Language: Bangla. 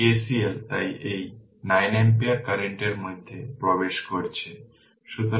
যদি KCL তাই এই 9 ampere কারেন্ট এর মধ্যে প্রবেশ করছে